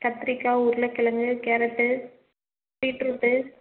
கத்திரிக்காய் உருளைக்கெழங்கு carrot beetroot